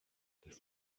das